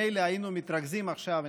מילא היינו מתרכזים עכשיו,